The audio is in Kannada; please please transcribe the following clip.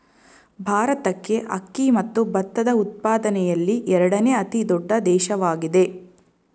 ಭಾರತಕ್ಕೆ ಅಕ್ಕಿ ಮತ್ತು ಭತ್ತದ ಉತ್ಪಾದನೆಯಲ್ಲಿ ಎರಡನೇ ಅತಿ ದೊಡ್ಡ ದೇಶವಾಗಿದೆ